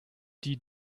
die